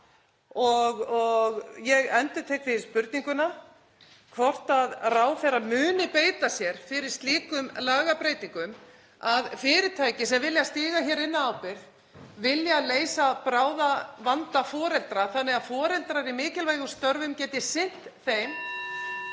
Og ég endurtek því þá spurningu hvort ráðherra muni beita sér fyrir slíkum lagabreytingum að fyrirtæki sem vilja stíga inn af ábyrgð, vilja leysa bráðavanda foreldra þannig að foreldrar í mikilvægum störfum geti sinnt þeim,